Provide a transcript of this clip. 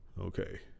Okay